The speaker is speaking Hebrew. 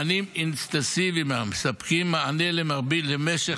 מענים אינטנסיביים המספקים מענה למשך